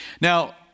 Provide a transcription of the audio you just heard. Now